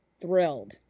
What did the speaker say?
thrilled